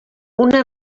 una